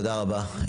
תודה רבה.